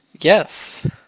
Yes